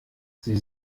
sie